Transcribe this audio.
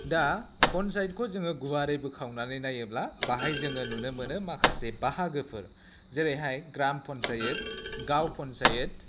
दा पन्सायतखौ जोङो गुवारै बोखावनानै नायोब्ला बेवहाय जोङो नुनो मोनो माखासे बाहागोफोर जेरैहाय ग्राम पन्सायत गाव पन्सायत